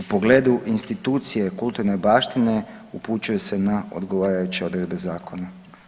U pogledu institucije kulturne baštine upućuje se na odgovarajuće odredbe zakona.